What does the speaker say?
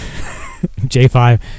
J5